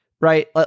right